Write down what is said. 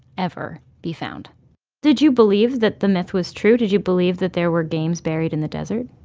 ever be found did you believe that the myth was true? did you believe that there were games buried in the desert?